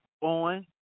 on